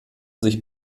sich